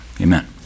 Amen